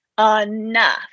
enough